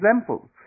examples